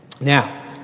Now